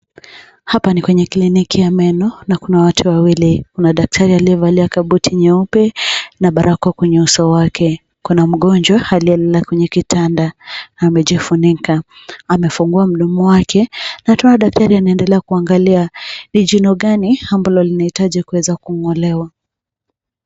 Hapa ni kwenye kliniki ya meno na kuna watu wawili. Kuna daktari aliyevalia kabuti nyeupe na barakoa kwenye uso wake. Kuna mgonjwa aliyelala kwenye kitanda, amejifunika. Amefungua mdomo wake na tunaona daktari ameendelea kuangalia ni jino gano ambalo linahitaji kuweza kung'olewa.